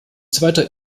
zweiter